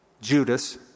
Judas